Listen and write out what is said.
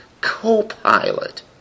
co-pilot